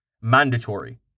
Mandatory